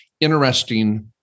interesting